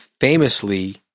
famously